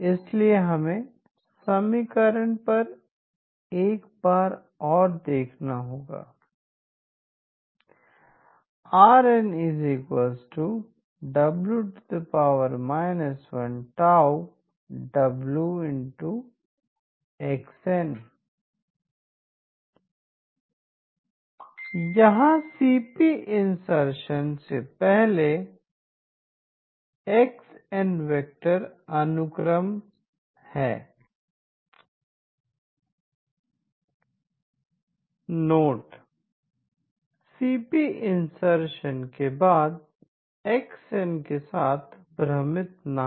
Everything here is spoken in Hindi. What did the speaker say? इसलिए हमें समीकरण पर एक बार और देख rnW 1WXn यहाँ सी पी इंसरसन से पहले X n वेक्टर अनुक्रम है नोट सी पी इंसरसन के बाद x n के साथ भ्रमित न हो